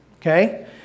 okay